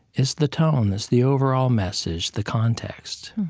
it's the tone. it's the overall message, the context.